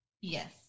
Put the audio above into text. Yes